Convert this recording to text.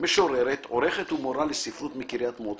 משוררת עורכת ומורה לספרות מקרית מוצקין.